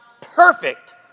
perfect